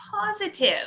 positive